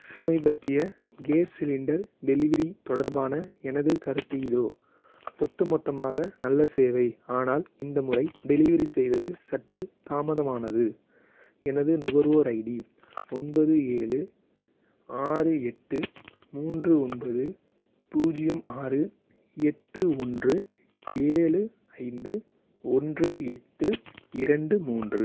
சமீபத்திய gas cylinder delivery தொடர்பான எனது கருத்து இதோ ஒட்டுமொத்தமாக நல்ல சேவை ஆனால் இந்த முறை டெலிவரி செய்தது சற்று தாமதமானது எனது நுகர்வோர் ஐடி ஒன்பது ஏழு ஆறு எட்டு மூன்று ஒன்பது பூஜ்ஜியம் ஆறு எட்டு ஒன்று ஏழு ஐந்து ஒன்று எட்டு இரண்டு மூன்று